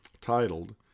titled